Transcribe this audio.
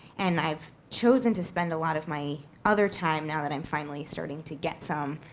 and i've chosen to spend a lot of my other time now that i'm finally starting to get some